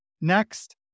Next